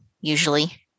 usually